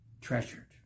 treasured